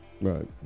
Right